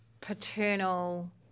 paternal